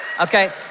Okay